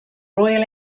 royal